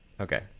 Okay